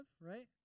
right